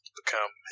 become